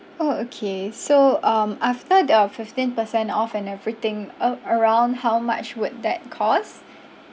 orh okay so um after the uh fifteen percent off and everything uh around how much would that cost